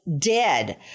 dead